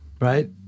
right